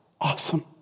awesome